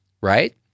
right